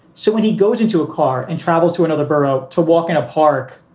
so when he goes into a car and travels to another borough to walk in a park,